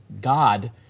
God